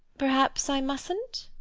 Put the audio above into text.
perhaps i mustn't?